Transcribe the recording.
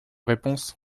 réponse